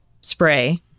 spray